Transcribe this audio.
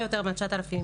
גבוה יותר מה-9,000 שקל.